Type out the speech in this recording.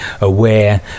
aware